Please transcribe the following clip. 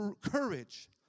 courage